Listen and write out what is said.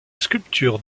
sculpture